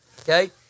Okay